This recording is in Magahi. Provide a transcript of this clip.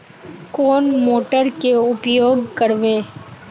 कौन मोटर के उपयोग करवे?